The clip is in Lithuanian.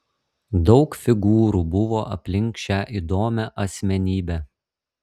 daug figūrų buvo aplink šią įdomią asmenybę